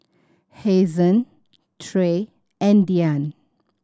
Hazen Trey and Diann